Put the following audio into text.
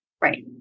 Right